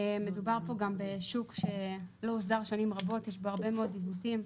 מדובר כאן בשוק שלא הוסדר שנים רבות ויש בו הרבה מאוד עיוותים.